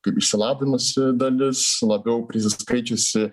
kaip išsilavinusi dalis labiau prisiskaičiusi